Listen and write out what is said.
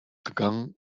gegangen